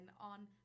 on